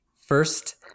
first